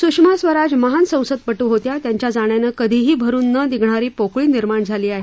सुषमा स्वराज महान संसद पटू होत्या त्यांच्या जाण्यानं कधीही भरुन न निघणारी पोकळी निर्माण झाली आहे